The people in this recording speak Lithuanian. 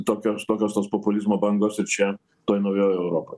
tokios tokios tos populizmo bangos ir čia toj naujoj europoj